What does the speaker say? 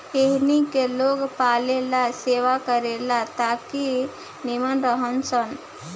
एहनी के लोग पालेला सेवा करे ला ताकि नीमन रह सन